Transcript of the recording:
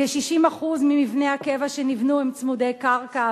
כ-60% ממבני הקבע שנבנו הם צמודי קרקע,